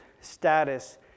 status